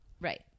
Right